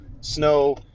snow